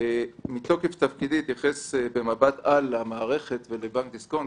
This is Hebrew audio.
מתוקף תפקידי אתייחס במבט על למערכת ולבנק דיסקונט.